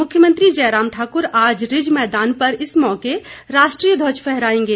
मुख्यमंत्री जयराम ठाकुर आज रिज मैदान पर इस मौके राष्ट्रीय ध्वज फहरायेंगें